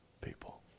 people